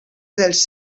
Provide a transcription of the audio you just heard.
dels